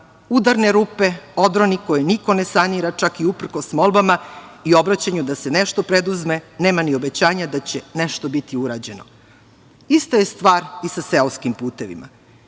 udarne rupe, odroni koje niko ne sanira čak i uprkos molbama i obraćanju da se nešto preuzme, a nema ni obećanja da će nešto biti urađeno. Ista je stvar i sa seoskim putevima.